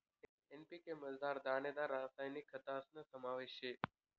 NPK मझार दानेदार रासायनिक खतस्ना समावेश शे